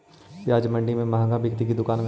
प्याज मंडि में मँहगा बिकते कि दुकान में?